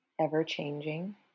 ever-changing